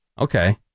Okay